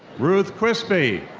ruth quispe.